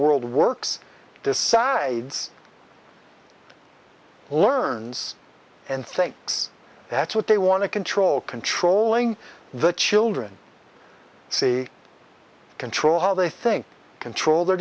world works decides learns and thinks that's what they want to control controlling the children see control how they think control their